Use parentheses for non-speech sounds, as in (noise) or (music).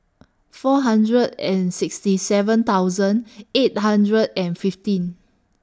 four hundred and sixty seven thousand (noise) eight hundred and fifteen